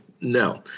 No